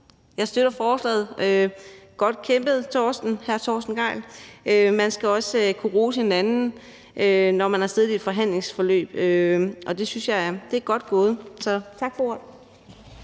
jeg støtter forslaget. Det er godt kæmpet, hr. Torsten Gejl. Man skal også kunne rose hinanden, når man har siddet i et forhandlingsforløb, og jeg synes, det er godt gået. Tak for ordet.